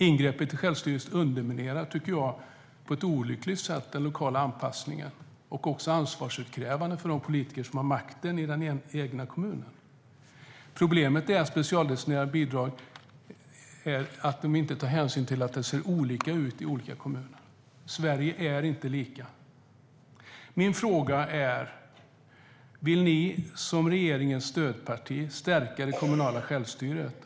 Ingreppet i självstyret underminerar på ett olyckligt sätt den lokala anpassningen och ansvarsutkrävandet av de politiker som har makten i den egna kommunen. Problemet är att specialdestinerade bidrag inte tar hänsyn till att det ser olika ut i olika kommuner. Sverige är inte lika. Vill ni, som regeringens stödparti, stärka det kommunala självstyret?